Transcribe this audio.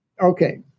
Okay